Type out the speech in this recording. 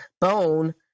bone